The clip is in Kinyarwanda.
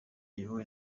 iyobowe